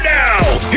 now